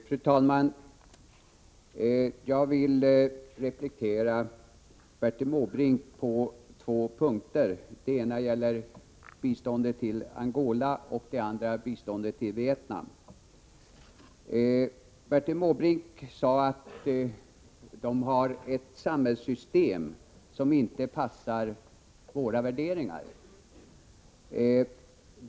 Fru talman! Jag vill replikera till Bertil Måbrink på två punkter. Den ena gäller biståndet till Angola och den andra biståndet till Vietnam. Bertil Måbrink sade att dessa länder har ett samhällssystem som inte passar våra värderingar.